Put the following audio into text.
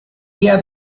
via